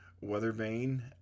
Weathervane